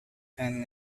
pen